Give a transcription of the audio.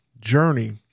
journey